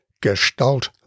gestalt